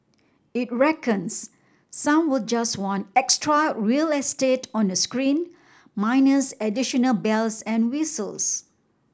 it reckons some will just want extra real estate on a screen minus additional bells and whistles